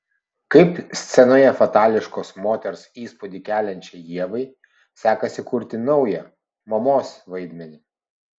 kaip scenoje fatališkos moters įspūdį keliančiai ievai sekasi kurti naują mamos vaidmenį